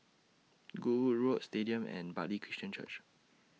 Goodwood Road Stadium and Bartley Christian Church